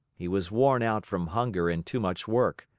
he was worn out from hunger and too much work.